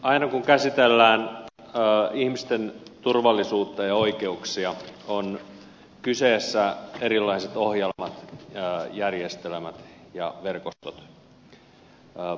aina kun käsitellään ihmisten turvallisuutta ja oikeuksia ovat kyseessä erilaiset ohjelmat järjestelmät ja verkostot